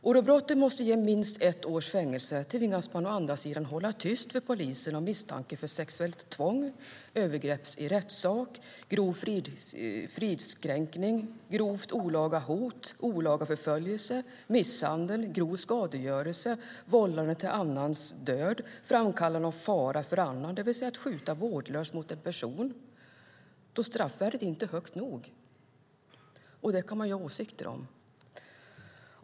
Eftersom brotten måste ge minst ett års fängelse tvingas man hålla tyst för polisen när det gäller misstanke om sexuellt tvång, övergrepp i rättssak, grov fridskränkning, grovt olaga hot, olaga förföljelse, misshandel, grov skadegörelse, vållande till annans död och framkallande av fara för annan, det vill säga att skjuta vårdslöst mot en person, för här är straffvärdet inte högt nog. Det kan man ju ha åsikter om.